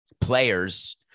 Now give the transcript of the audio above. players